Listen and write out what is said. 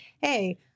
hey